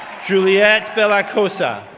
juliette bellacosa,